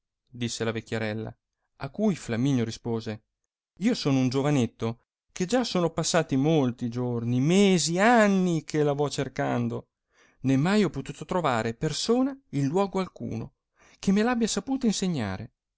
disse la vecchiarella a cui flamminio rispose io sono un giovanetto che già sono passati molti giorni mesi anni che la vo cercando né mai ho potuto trovare persona in luogo alcuno che me l abbia saputa insegnare